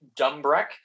Dumbreck